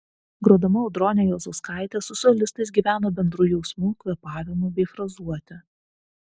grodama audronė juozauskaitė su solistais gyveno bendru jausmu kvėpavimu bei frazuote